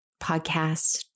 podcast